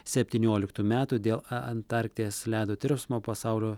septynioliktų metų dėl a antarkties ledo tirpsmo pasaulio